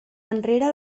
enrere